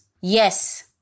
Yes